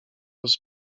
roz